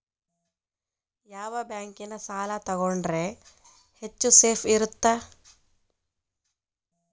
ಯಾವ ಬ್ಯಾಂಕಿನ ಸಾಲ ತಗೊಂಡ್ರೆ ಹೆಚ್ಚು ಸೇಫ್ ಇರುತ್ತಾ?